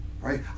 right